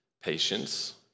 patience